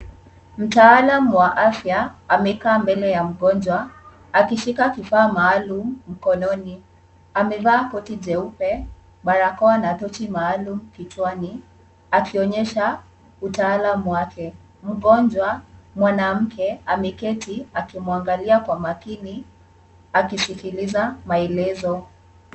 Mtaalam wa afya amekaa mbele ya mgonjwa akishika kifaa maalum mkononi, amevaa koti jeupe, barakoa na tochi maalum kichwani akionyesha utaalam wake, mgonjwa mwanamke ameketi akimwangalia kwa makini akisikiliza maelezo.